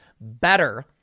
better